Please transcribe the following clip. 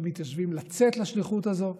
במתיישבים לצאת לשליחות הזאת,